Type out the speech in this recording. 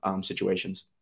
situations